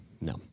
no